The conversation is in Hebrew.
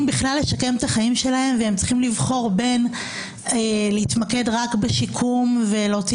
לשקם את החיים שלהם צריכים לבחור בין להתמקד רק בשיקום ולהוציא